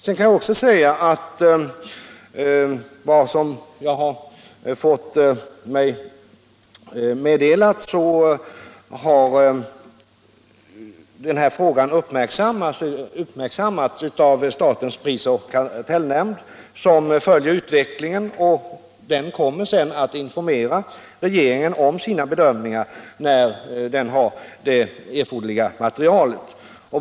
Enligt vad som meddelats mig har denna fråga också uppmärksammats av statens prisoch kartellnämnd, som följer utvecklingen och kommer att informera regeringen om sina bedömningar när den har det erforderliga materialet.